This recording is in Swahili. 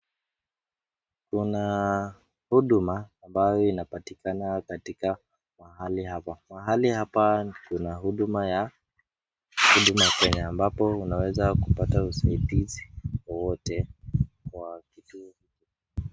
Kuna huduma ambayo inaweza kupatikana pahali hapa. Pahali hapa kuna huduma ya huduma Kenya ambapo unaweza kupata usaidizi wowote kwa kituo hiyo.